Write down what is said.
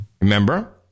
Remember